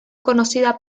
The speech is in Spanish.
conocida